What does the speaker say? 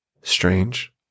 Strange